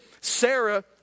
Sarah